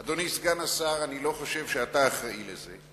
אדוני סגן השר, אני לא חושב שאתה אחראי לזה,